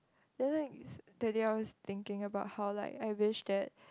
the other thing that day I was thinking about how like I wish that